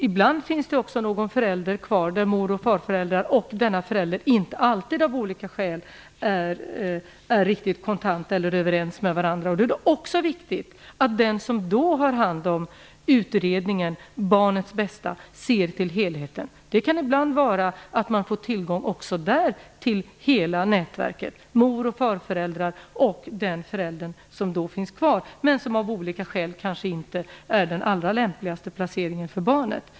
Ibland är det så att denne förälder och mor och farföräldrarna av olika skäl inte alltid är överens. Det är också viktigt att den som då har hand om utredningen ser till helheten och barnets bästa. Det kan ibland gälla att man får tillgång till hela nätverket - mor och farföräldrar och den förälder som finns kvar men som av olika skäl kanske inte kan erbjuda den allra lämpligaste placeringen för barnet.